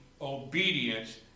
obedience